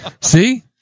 See